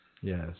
Yes